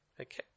Okay